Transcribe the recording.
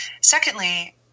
Secondly